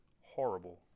horrible